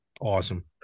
Awesome